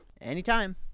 Anytime